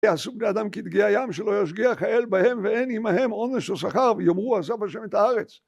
יעשו בני אדם כדגי הים שלא ישגיח האל בהם ואין עימהם עונש או שכר ויאמרו עזב השם את הארץ